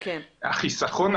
החיסכון,